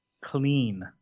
clean